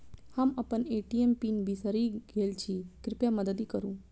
हम अप्पन ATM pin बिसरि गेल छी कृपया मददि करू